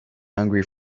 hungry